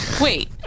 wait